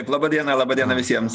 laba diena laba diena visiems